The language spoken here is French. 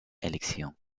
élection